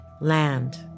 land